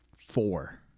four